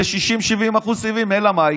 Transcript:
ב-60% 70% סיבים, אלא מאי?